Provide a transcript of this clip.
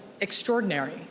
extraordinary